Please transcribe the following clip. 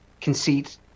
conceit